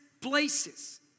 places